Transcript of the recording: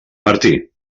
martí